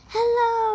Hello